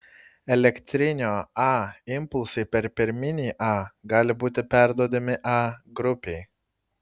elektrinio a impulsai per pirminį a gali būti perduodami a grupei